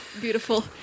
Beautiful